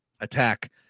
attack